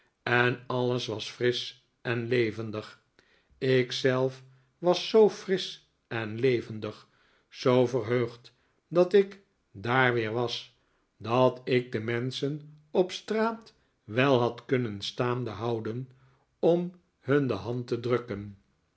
en alles was frisch en levendig ik zelf was zoo frisch en levendig zoo verheugd dat ik daar weer was dat ik de menschen op straat wel had kunnen staande houden om hun de hand te drukken